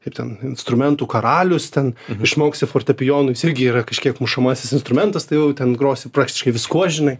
kaip ten instrumentų karalius ten išmoksi fortepijonu jis irgi yra kažkiek mušamasis instrumentas tai jau ten grosi praktiškai viskuo žinai